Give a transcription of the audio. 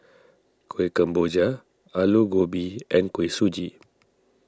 Kueh Kemboja Aloo Gobi and Kuih Suji